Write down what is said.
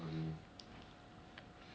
is worse than john eh !wah! cannot